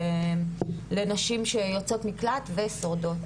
לנשים שיוצאות מקלט ושורדות.